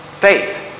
faith